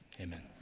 Amen